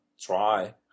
try